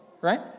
Right